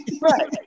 Right